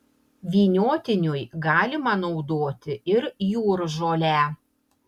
vyniotiniui galima naudoti ir jūržolę